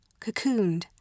cocooned